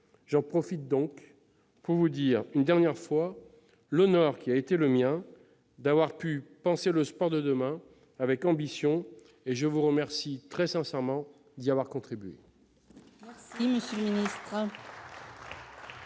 J'en profite donc pour vous dire, une dernière fois, l'honneur qui a été le mien d'avoir pu penser le sport de demain avec ambition. Je vous remercie très sincèrement d'y avoir contribué.